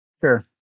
Sure